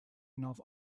enough